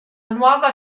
nuova